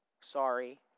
Sorry